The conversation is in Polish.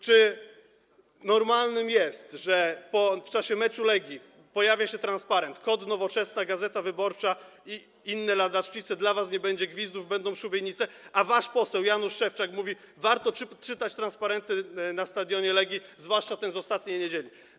Czy to normalne, że w czasie meczu Legii pojawia się transparent: KOD, Nowoczesna, „Gazeta Wyborcza” i inne ladacznice - dla was nie będzie gwizdów, będą szubienice, a wasz poseł Jan Szewczak mówi: warto czytać transparenty na stadionie Legii, zwłaszcza ten z ostatniej niedzieli?